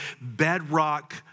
bedrock